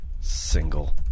single